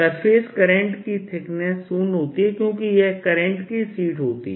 surface current की thickness शून्य होती है क्योंकि यह करंट की शीट होती है